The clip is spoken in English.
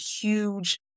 huge